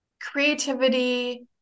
creativity